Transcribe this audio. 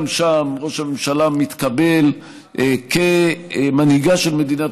גם שם ראש הממשלה מתקבל כמנהיגה של מדינת